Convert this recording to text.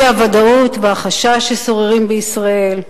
האי-ודאות והחשש ששוררים בישראל,